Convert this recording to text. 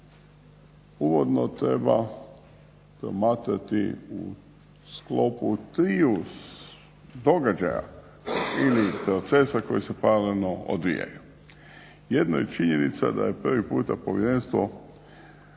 uvodno treba promatrati u sklopu triju događaja ili procesa koji se paralelno odvijaju. Jedno je činjenica da je prvi puta povjerenstvo